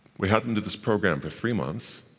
we had them do this program for three months,